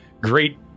Great